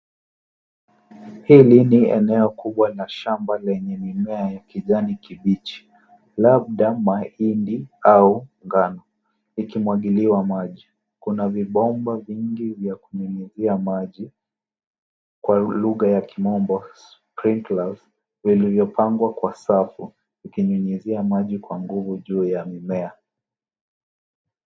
Hili ni eneo kubwa la shamba lenye mimea ya kijani kibichi labda mahindi au ngano, ikimwagiliwa maji. Kuna vibomba vingi vya kunyunyuzia maji kwa lugha ya kimombo sprinkers vilivyopangwa kwa safu ikinyunyuzia maji kwa nguvu juu ya mimea.